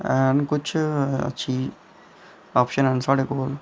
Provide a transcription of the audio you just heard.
हैन किश अच्छी ऑप्शन हैन साढ़े कोल